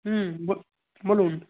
হুম বলুন